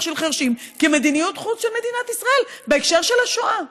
של חירשים כמדיניות חוץ של מדינת ישראל בהקשר של השואה.